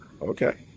Okay